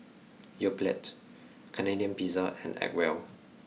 Yoplait Canadian Pizza and Acwell